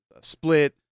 Split